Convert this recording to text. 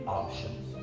options